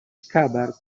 scabbard